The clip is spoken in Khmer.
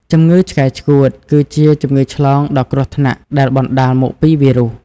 ជំងឺឆ្កែឆ្កួត គឺជាជំងឺឆ្លងដ៏គ្រោះថ្នាក់ដែលបណ្តាលមកពីវីរុស។